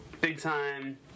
big-time